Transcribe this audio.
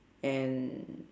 and